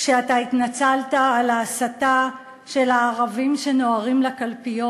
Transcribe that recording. כשאתה התנצלת על ההסתה נגד הערבים שנוהרים לקלפיות.